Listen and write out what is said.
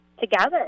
together